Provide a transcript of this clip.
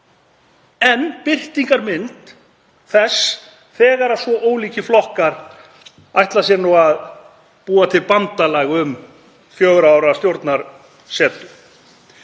en birtingarmynd þess þegar svo ólíkir flokkar ætla sér að búa til bandalag um fjögurra ára stjórnarsetu.